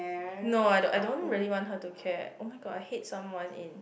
no I don't I don't really want her to care oh-my-god I hate someone in